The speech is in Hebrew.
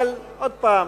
אבל עוד פעם,